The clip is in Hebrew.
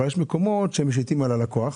אבל יש מקומות שמשיתים על הלקוח,